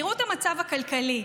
תראו את המצב הכלכלי.